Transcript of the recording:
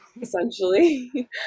essentially